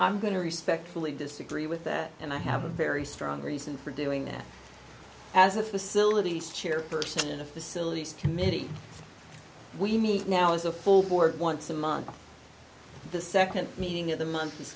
i'm going to respect fully disagree with that and i have a very strong reason for doing that as a facility chairperson of the facilities committee we need now is a full board once a month the second meeting of the month